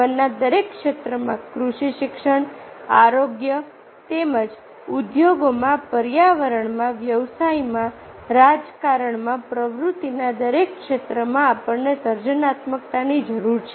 જીવનના દરેક ક્ષેત્રમાં કૃષિ શિક્ષણ આરોગ્ય તેમજ ઉદ્યોગમાં પર્યાવરણમાં વ્યવસાયમાં રાજકારણમાં પ્રવૃત્તિના દરેક ક્ષેત્રમાં આપણને સર્જનાત્મકતાની જરૂર છે